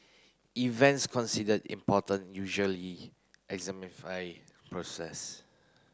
events considered important usually exemplify process